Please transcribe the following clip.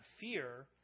fear